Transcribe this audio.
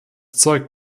zeug